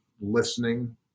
listening